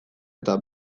eta